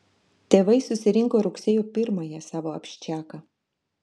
tėvai susirinko rugsėjo pirmąją savo abščiaką